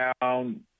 down